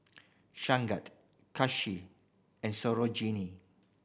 and Sarojini